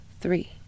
Three